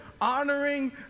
honoring